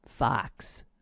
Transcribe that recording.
Fox